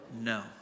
No